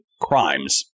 crimes